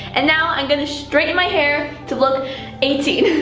and now, i'm gonna straighten my hair to look eighteen.